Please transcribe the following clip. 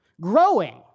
growing